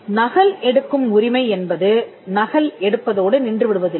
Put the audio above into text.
நகல் எடுக்கும் உரிமை என்பது நகல் எடுப்பதோடு நின்றுவிடுவதில்லை